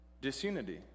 Disunity